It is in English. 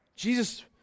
Jesus